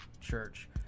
church